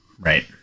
right